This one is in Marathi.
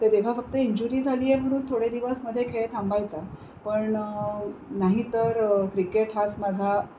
तर तेव्हा फक्त इंजुरी झाली आहे म्हणून थोडे दिवस मध्ये खेळ थांबायचा पण नाहीतर क्रिकेट हाच माझा